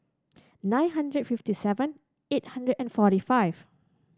nine hundred fifty seven eight hundred and forty five